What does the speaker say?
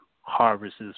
harvests